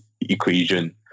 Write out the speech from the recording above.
equation